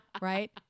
right